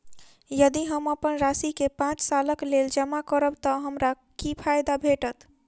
यदि हम अप्पन राशि केँ पांच सालक लेल जमा करब तऽ हमरा की फायदा भेटत?